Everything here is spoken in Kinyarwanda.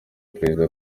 perezida